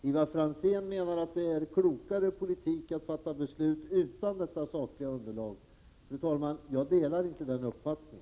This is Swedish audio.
Ivar Franzén menar att det är klokare politik att fatta beslut utan detta sakliga underlag. Jag delar inte den uppfattningen.